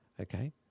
okay